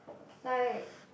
like